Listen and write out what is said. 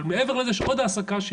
אבל מעבר לזה יש עוד העסקה,